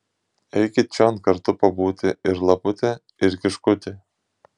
eikit čion kartu pabūti ir lapute ir kiškuti